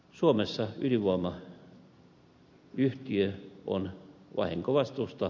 suomessa ydinvoimayhtiö on vahinkovastuusta vapaa